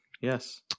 Yes